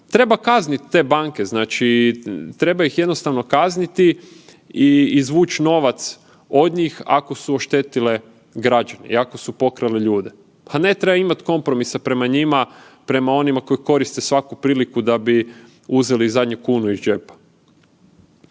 treba kazniti te banke. Znači treba ih jednostavno kazniti i izvući novac od njih, ako su oštetile građane i ako su pokrale ljude. Pa ne treba imati kompromisa prema njima, prema onima koji koriste svaku priliku da bi uzeli i zadnju kunu iz džepa.